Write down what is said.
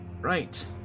Right